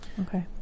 Okay